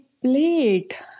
plate